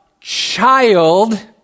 child